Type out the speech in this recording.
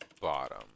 bottom